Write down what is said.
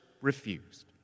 refused